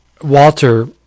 Walter